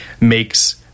makes